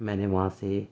میں نے وہاں سے